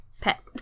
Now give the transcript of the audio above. pet